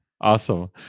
Awesome